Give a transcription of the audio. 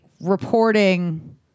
reporting